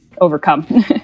overcome